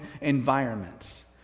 environments